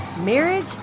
Marriage